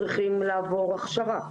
שצריכים לעבור הכשרה.